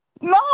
No